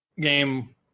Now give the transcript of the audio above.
game